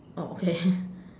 oh okay